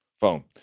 phone